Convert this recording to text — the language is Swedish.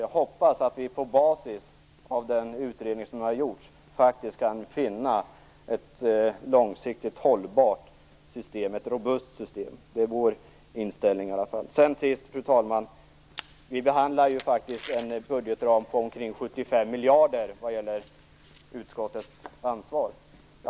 Jag hoppas att vi på basis av den utredning som har gjorts faktiskt kan finna ett långsiktigt hållbart och robust system. Det är i alla fall vår inställning. Till sist, fru talman, vill jag säga att vi behandlar en budgetram på omkring 75 miljarder vad gäller utskottets ansvar.